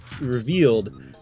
revealed